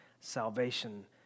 salvation